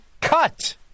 cut